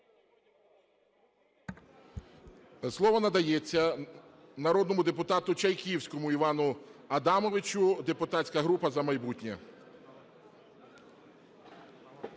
Слово надається народному депутату Чайківському Івану Адамовичу, депутатська група "За майбутнє".